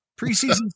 preseason